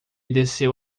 desceu